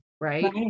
Right